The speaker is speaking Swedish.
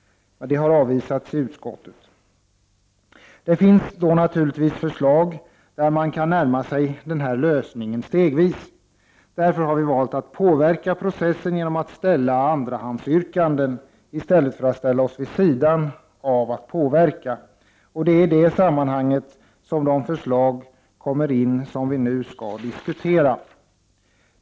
Det har avvisats. Det finns naturligtvis förslag där man kan närma sig den lösningen stegvis. Därför har vi valt att påverka den processen genom att ställa andrahandsyrkanden i stället för att ställa oss vi sidan av. Det är i de sammanhangen som de förslag kommer in som vi nu skall diskutera.